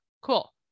Cool